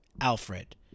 Alfred